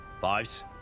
Fives